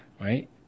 Right